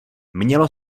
mělo